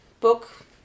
book